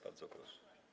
Bardzo proszę.